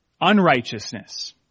unrighteousness